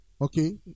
Okay